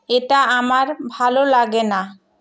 এটা আমার ভালো লাগে না